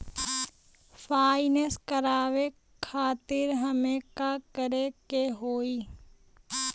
Finance करावे खातिर हमें का करे के होई?